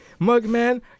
Mugman